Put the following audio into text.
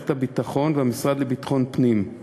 למערכת הביטחון ולמשרד לביטחון פנים.